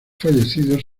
fallecidos